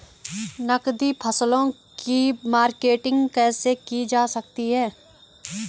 नकदी फसलों की मार्केटिंग कैसे की जा सकती है?